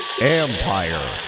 Empire